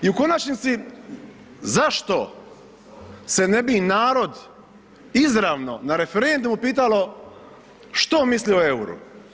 I u konačnici, zašto se ne bi narod izravno na referendumu pitalo što misli o euru?